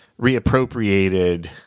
reappropriated